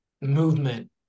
movement